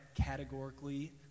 categorically